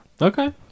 Okay